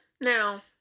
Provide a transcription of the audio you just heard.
now